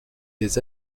des